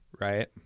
right